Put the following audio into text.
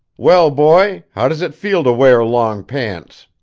well, boy how does it feel to wear long pants?